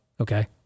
Okay